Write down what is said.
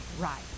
right